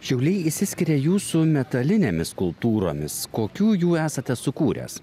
šiauliai išsiskiria jūsų metalinėmis skulptūromis kokių jų esate sukūręs